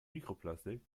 mikroplastik